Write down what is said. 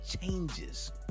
changes